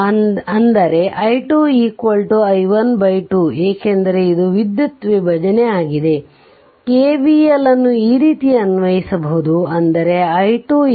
ಅಂದರೆ i2 i1 2 ಏಕೆಂದರೆ ಇದು ವಿದ್ಯುತ್ ವಿಭಜನೆ ಆಗಿದೆ KVL ಅನ್ನು ಈ ರೀತಿ ಅನ್ವಯಿಸಬಹುದು ಅಂದರೆ i2 i1 2